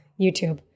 YouTube